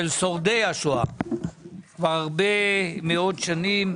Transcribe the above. של שורדי השואה כבר הרבה מאוד שנים.